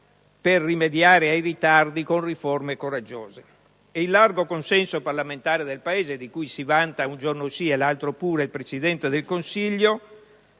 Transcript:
per rimediare ai ritardi con riforme coraggiose. Il largo consenso parlamentare del Paese, di cui si vanta un giorno sì e l'altro pure il Presidente del Consiglio,